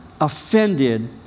offended